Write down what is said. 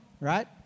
right